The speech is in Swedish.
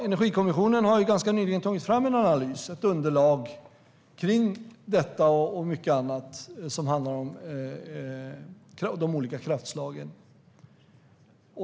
Energikommissionen har ganska nyligen tagit fram en analys, ett underlag, kring detta och mycket annat som handlar om de olika kraftslagen.